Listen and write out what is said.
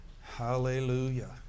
Hallelujah